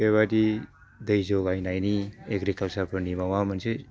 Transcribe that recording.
बेबायदि दै जगायनायनि एग्रिकालसारफोरनि माबा मोनसे